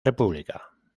república